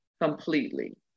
completely